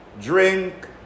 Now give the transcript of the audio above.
drink